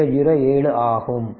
007 ஆகும்